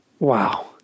Wow